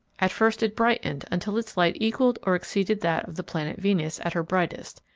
at first it brightened until its light equaled or exceeded that of the planet venus at her brightest,